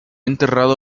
enterrado